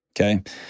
Okay